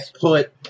put